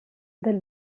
del